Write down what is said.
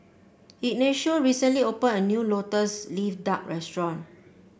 Ignacio recently opened a new lotus leaf duck restaurant